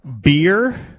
beer